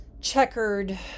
checkered